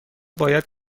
باید